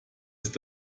ist